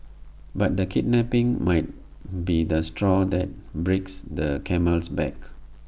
but the kidnapping might be the straw that breaks the camel's back